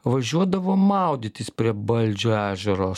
važiuodavom maudytis prie balčio ežero